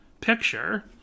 picture